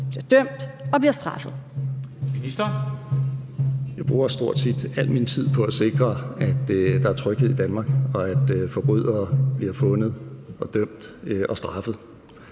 13:38 Justitsministeren (Nick Hækkerup): Jeg bruger stort set al min tid på at sikre, at der er tryghed i Danmark, og at forbrydere bliver fundet og dømt og straffet,